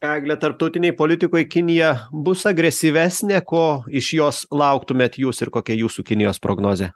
egle tarptautinėj politikoj kinija bus agresyvesnė ko iš jos lauktumėt jūs ir kokia jūsų kinijos prognozė